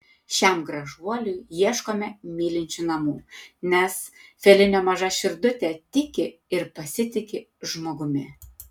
šiam gražuoliui ieškome mylinčių namų nes felinio maža širdutė tiki ir pasitiki žmogumi